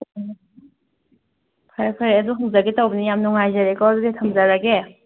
ꯑꯣ ꯐꯔꯦ ꯐꯔꯦ ꯑꯗꯨ ꯍꯪꯖꯒꯦ ꯇꯧꯕꯅꯤ ꯌꯥꯝ ꯅꯨꯡꯉꯥꯏꯖꯔꯦꯀꯣ ꯑꯗꯨꯗꯤ ꯊꯝꯖꯔꯒꯦ